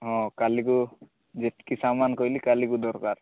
ହଁ କାଲିକୁ ଯେତିକି ସାମାନ୍ କହିଲି କାଲିକୁ ଦରକାର